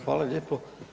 Hvala lijepo.